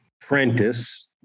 Prentice